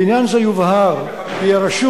בעניין זה יובהר כי ברשות